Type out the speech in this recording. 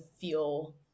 feel